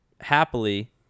happily